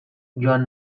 joan